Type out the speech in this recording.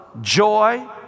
joy